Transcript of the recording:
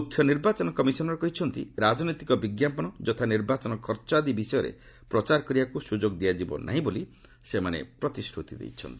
ମୁଖ୍ୟ ନିର୍ବାଚନ କମିଶନର କହିଛନ୍ତି ରାଜନୈତିକ ବିଞ୍ଜାପନ ଯଥା ନିର୍ବାଚନ ଖର୍ଚ୍ଚ ଆଦି ବିଷୟରେ ପ୍ରଚାର କରିବାକୁ ସୁଯୋଗ ଦିଆଯିବ ନାହିଁ ବୋଲି ସେମାନେ ପ୍ରତିଶ୍ରତି ଦେଇଛନ୍ତି